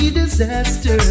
disaster